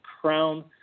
crown